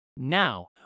Now